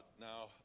Now